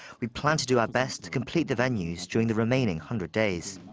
we plan to do our best to complete the venues during the remaining hundred days.